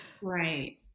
right